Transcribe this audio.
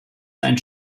sein